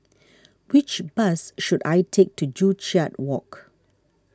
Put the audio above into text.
which bus should I take to Joo Chiat Walk